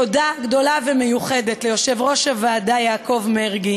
תודה גדולה ומיוחדת ליושב-ראש הוועדה יעקב מרגי,